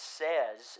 says